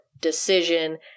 decision